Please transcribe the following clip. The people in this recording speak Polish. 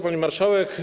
Pani Marszałek!